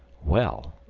well,